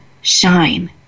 shine